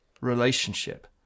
relationship